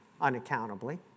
unaccountably